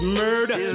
murder